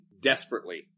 desperately